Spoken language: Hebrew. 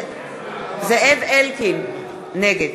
נגד